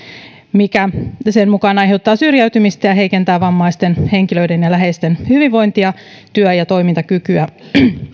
mikä sen mukaan aiheuttaa syrjäytymistä ja heikentää vammaisten henkilöiden ja läheisten hyvinvointia työ ja toimintakykyä